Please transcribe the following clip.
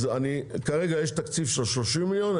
כרגע יש תקציב של 30 מיליון.